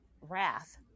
wrath